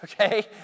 okay